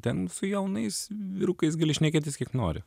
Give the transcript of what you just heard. ten su jaunais vyrukais gali šnekėtis kiek nori